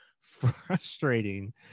frustrating